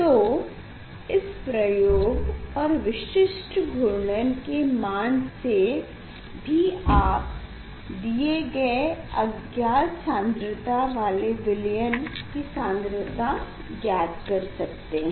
तो इस प्रयोग और विशिष्ट घूर्णन के मान से भी आप दिये गए अज्ञात सान्द्रता वाले विलयन की सान्द्रता ज्ञात कर सकते हैं